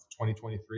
2023